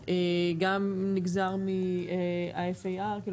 גם נגזר מה-FAAR.